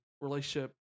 relationship